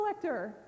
collector